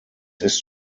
ist